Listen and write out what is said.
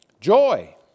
joy